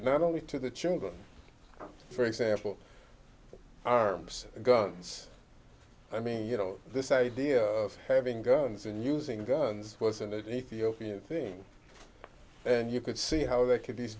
not only to the children for example arms guns i mean you know this idea of having guns and using guns wasn't it ethiopian thing and you could see how they could